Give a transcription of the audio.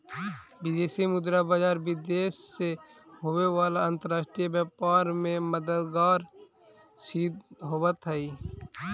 विदेशी मुद्रा बाजार विदेश से होवे वाला अंतरराष्ट्रीय व्यापार में मददगार सिद्ध होवऽ हइ